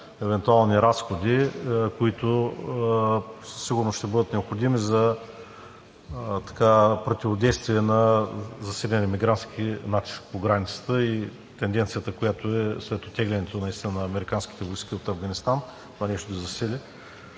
евентуални разходи, които сигурно ще бъдат необходими за противодействие на засилен емигрантски натиск по границата, и тенденцията, която е – след оттеглянето наистина на американските войски от Афганистан, това нещо се засили?